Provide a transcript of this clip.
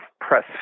press